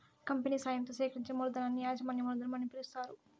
company సాయంతో సేకరించిన మూలధనాన్ని యాజమాన్య మూలధనం అని పిలుస్తారు